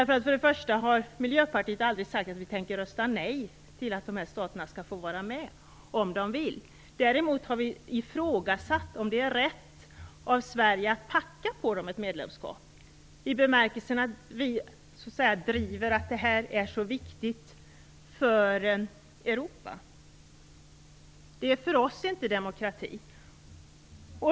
Först och främst har Miljöpartiet aldrig sagt att vi tänker rösta nej till att de här staterna skall få vara med om de vill. Däremot har vi ifrågasatt om det är rätt av Sverige att pracka på dem ett medlemskap, i bemärkelsen att vi driver att detta är så viktigt för Europa. Det är för oss inte demokrati.